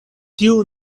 tiu